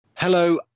Hello